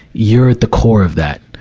you're at the core of that.